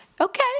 Okay